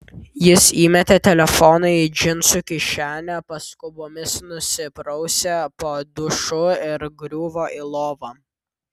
jis įmetė telefoną į džinsų kišenę paskubomis nusiprausė po dušu ir griuvo į lovą